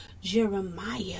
Jeremiah